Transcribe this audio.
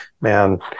man